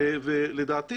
ולדעתי,